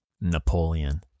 Napoleon